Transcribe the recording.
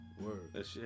Word